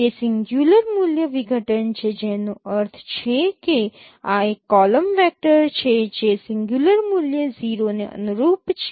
તે સિંગ્યુંલર મૂલ્ય વિઘટન છે જેનો અર્થ છે કે આ એક કોલમ વેક્ટર છે જે સિંગ્યુંલર મૂલ્ય 0 ને અનુરૂપ છે